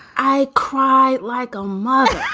i cry like a mother